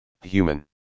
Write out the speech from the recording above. human